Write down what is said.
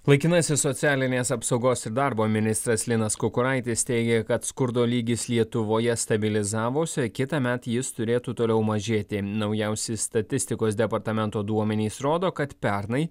laikinasis socialinės apsaugos ir darbo ministras linas kukuraitis teigė kad skurdo lygis lietuvoje stabilizavosi kitąmet jis turėtų toliau mažėti naujausi statistikos departamento duomenys rodo kad pernai